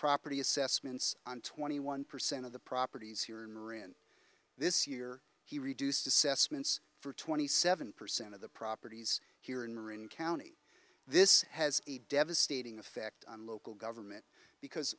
property assessments on twenty one percent of the properties here in ri and this year he reduced assessments for twenty seven percent of the properties here in orange county this has a devastating effect on local government because